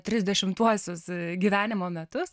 trisdešimtuosius gyvenimo metus